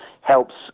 helps